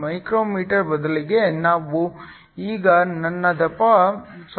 35 μm ಬದಲಿಗೆ ನಾನು ಈಗ ನನ್ನ ದಪ್ಪವನ್ನು 0